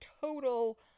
total